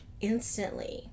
instantly